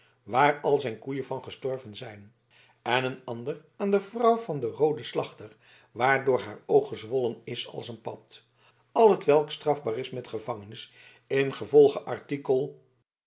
waar al zijn koeien van gestorven zijn en een ander aan de vrouw van den rooden slachter waardoor haar oog gezwollen is als een pad al t welk strafbaar is met gevangenis ingevolge